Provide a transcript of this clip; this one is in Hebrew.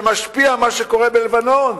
שמשפיע על מה שקורה בלבנון,